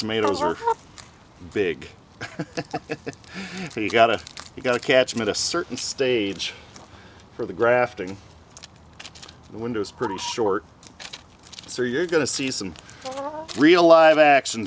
tomatoes are big you've got to you've got to catch him at a certain stage or the grafting window is pretty short so you're going to see some real live action